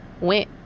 went